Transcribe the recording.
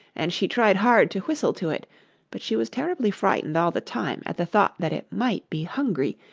and she tried hard to whistle to it but she was terribly frightened all the time at the thought that it might be hungry,